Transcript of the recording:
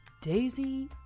daisy